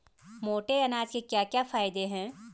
मोटे अनाज के क्या क्या फायदे हैं?